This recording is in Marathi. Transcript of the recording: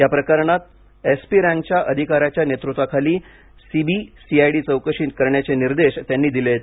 या प्रकरणात एसपी रँकच्या अधिकाऱ्याच्या नेतृत्वाखाली सीबी सीआयडी चौकशी करण्याचे निर्देश त्यांनी दिलेत